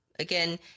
Again